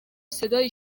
صدایی